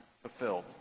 fulfilled